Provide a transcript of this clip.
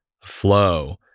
flow